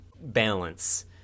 balance